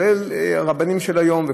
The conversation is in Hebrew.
כל הרבנים של היום,